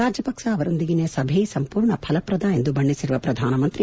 ರಾಜಪಕ್ಸ ಅವರೊಂದಿಗಿನ ಸಭೆ ಸಂಪೂರ್ಣ ಫಲಪ್ರದ ಎಂದು ಬಣ್ಣಿಸಿರುವ ಪ್ರಧಾನ ಮಂತ್ರಿ